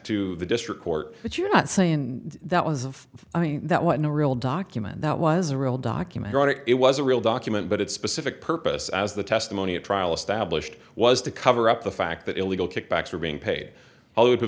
to the district court that you're not saying that was i mean that what no real document that was a real document it was a real document but it's specific purpose as the testimony at trial established was to cover up the fact that illegal kickbacks were being paid o